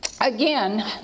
again